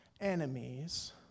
enemies